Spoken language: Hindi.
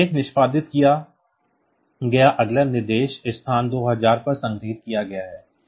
इसलिए निष्पादित किया गया अगला निर्देश स्थान 2000 पर संग्रहीत किया गया है